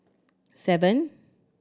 seven